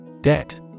Debt